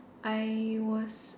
I was